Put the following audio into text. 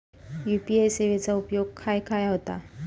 UPI सेवेचा उपयोग खाय खाय होता?